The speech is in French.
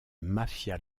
mafia